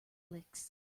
licks